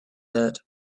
that